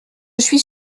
suis